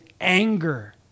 anger